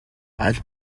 аль